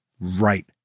right